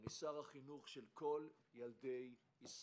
אני שר החינוך של כל ילדי ישראל.